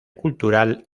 cultural